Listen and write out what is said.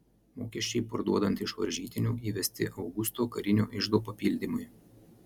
mokesčiai parduodant iš varžytinių įvesti augusto karinio iždo papildymui